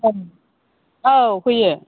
ओं औ होयो